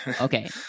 Okay